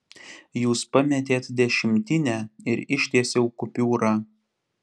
jūs pametėt dešimtinę ir ištiesiau kupiūrą